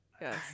Yes